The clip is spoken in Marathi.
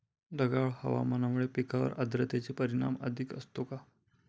ढगाळ हवामानामुळे पिकांवर आर्द्रतेचे परिणाम अधिक असतो का?